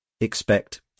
expect